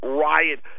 riot